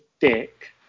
dick